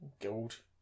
gold